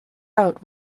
out